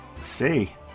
See